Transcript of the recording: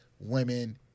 women